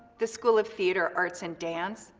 the school of theater arts and dance,